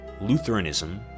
Lutheranism